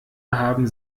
haben